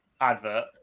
advert